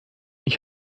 ich